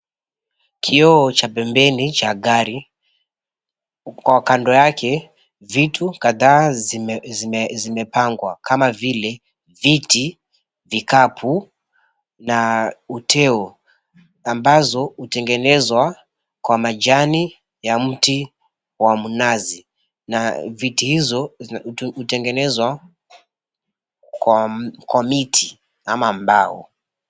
Kioo cha pembeni cha gari. Kando yake, vitu kadhaa zimepangwa kama vile viti, vikapu na uteo ambazo hutengenezwa kwa majani ya mti wa mnazi na viti hizo hutengenezwa kwa miti ama mbao.